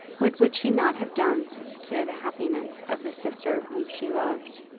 what would she not have done to secure the happiness of the sister whom she loved?